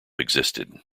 existed